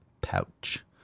pouch